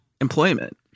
employment